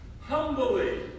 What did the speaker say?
humbly